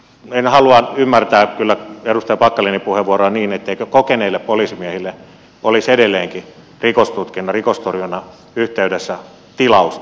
en halua ymmärtää kyllä edustaja packalenin puheenvuoroa niin etteikö kokeneille poliisimiehille olisi edelleenkin rikostutkinnan rikostorjunnan yhteydessä tilausta